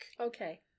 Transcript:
okay